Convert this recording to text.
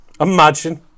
Imagine